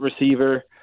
receiver